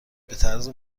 بطرز